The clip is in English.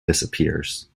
disappears